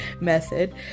method